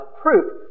proof